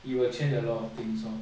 it will change a lot of things lor